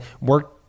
Work